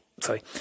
sorry